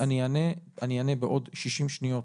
אז אני אענה בעוד 60 שניות